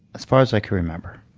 as far as i can remember.